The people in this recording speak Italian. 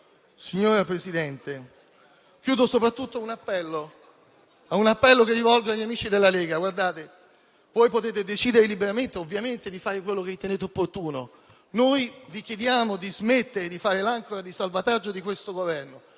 Signora Presidente, concludo soprattutto con un appello, rivolto agli amici della Lega. Voi potete decidere liberamente, ovviamente, di fare ciò che ritenete opportuno; noi vi chiediamo di smettere di fare l'ancora di salvataggio di questo Governo,